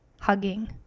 Hugging